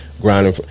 grinding